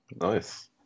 nice